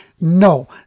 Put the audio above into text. no